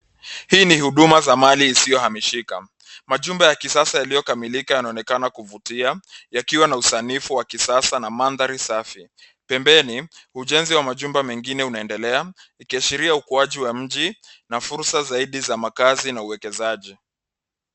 Hii ni huduma za mali isiyohamishika majumba ya kisasa yaliyokamilika yanaonekana kuvutia yakiwa na usanifu wa kisasa na mandhari safi, pembeni ujenzi wa majumba mengine unaendelea ikiashiria ukuaji wa mji na fursa zaidi za makazi na uwekezaji.